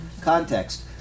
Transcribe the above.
context